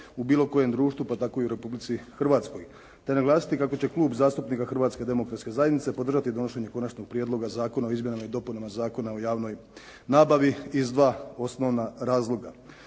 se ne razumije./ … Republici Hrvatskoj te naglasiti kako će Klub zastupnika Hrvatske demokratske zajednice podržati donošenje Konačnog prijedloga Zakona o izmjenama i dopunama Zakona o javnoj nabavi iz dva osnovna razloga.